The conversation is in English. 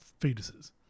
fetuses